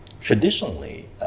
Traditionally